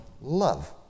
love